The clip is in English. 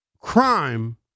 Crime